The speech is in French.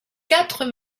quatre